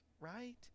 right